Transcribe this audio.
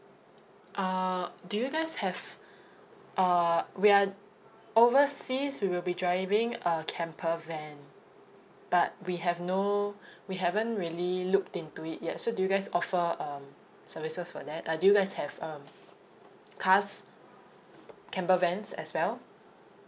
uh do you guys have uh we are overseas we will be driving a camper van but we have no we haven't really looked into it yet so do you guys offer um services for that uh do you guys have um cars camper vans as well